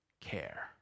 care